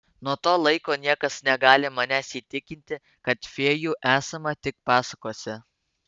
nuo to laiko niekas negali manęs įtikinti kad fėjų esama tik pasakose